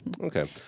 Okay